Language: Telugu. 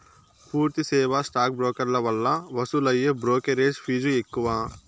పూర్తి సేవా స్టాక్ బ్రోకర్ల వల్ల వసూలయ్యే బ్రోకెరేజ్ ఫీజ్ ఎక్కువ